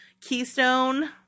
keystone